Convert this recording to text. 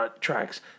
tracks